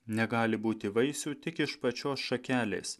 negali būti vaisių tik iš pačios šakelės